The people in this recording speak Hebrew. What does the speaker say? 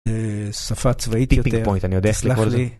שפה צבאית יותר. - סלח לי